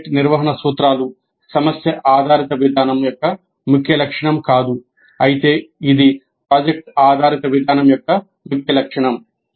project నిర్వహణ సూత్రాలు సమస్య ఆధారిత విధానం యొక్క ముఖ్య లక్షణం కాదు అయితే ఇది ప్రాజెక్ట్ ఆధారిత విధానం యొక్క ముఖ్య లక్షణం